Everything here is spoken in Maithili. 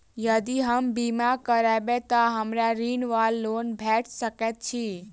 यदि हम बीमा करबै तऽ हमरा ऋण वा लोन भेट सकैत अछि?